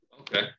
Okay